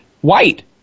white